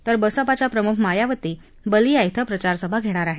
तर बसपाच्या प्रमुख मायावती बालिया ्वें प्रचार सभा घेणार आहेत